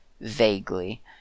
vaguely